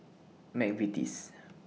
Mcvitie's